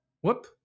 Whoop